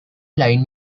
line